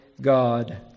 God